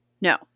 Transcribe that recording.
no